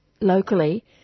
locally